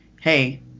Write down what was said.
hey